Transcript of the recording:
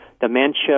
Dementia